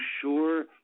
sure